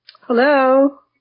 Hello